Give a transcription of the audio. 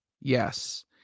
Yes